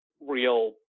real